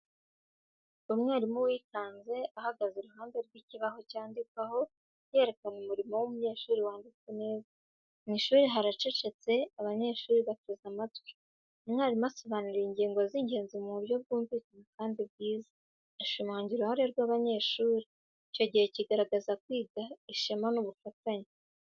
Umwarimu witanze ahagaze iruhande rw’ikibaho cyandikwaho, yerekana umurimo w’umunyeshuri wanditse neza. Mu ishuri haracecetse, abanyeshuri bateze amatwi. Umwarimu asobanura ingingo z’ingenzi mu buryo bwumvikana kandi bwiza, ashimangira uruhare rw’abanyeshuri. Icyo gihe kigaragaza kwiga, ishema n’ubufatanye.